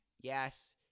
yes